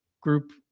group